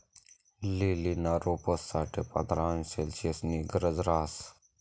लीलीना रोपंस साठे पंधरा अंश सेल्सिअसनी गरज रहास